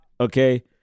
okay